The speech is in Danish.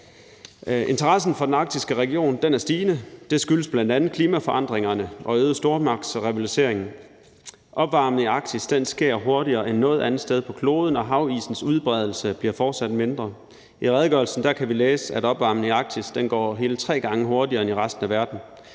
Interessen for den arktiske region er stigende. Det skyldes bl.a. klimaforandringerne og øget stormagtsrivalisering. Opvarmningen i Arktis sker hurtigere end noget andet sted på kloden, og havisens udbredelse bliver fortsat mindre. I redegørelsen kan vi læse, at opvarmningen af Arktis går hele tre gange hurtigere end i resten af verden.